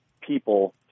people